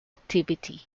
activity